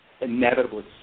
inevitably